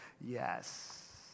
yes